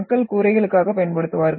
மக்கள் கூரைகளுக்காக பயன்படுத்துவார்கள்